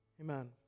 Amen